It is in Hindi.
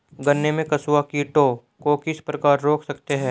गन्ने में कंसुआ कीटों को किस प्रकार रोक सकते हैं?